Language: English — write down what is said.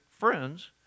friends